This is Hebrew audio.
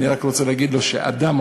אני רק רוצה להגיד לו שאד"ם,